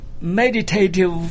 meditative